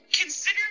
consider